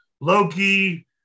Loki